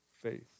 faith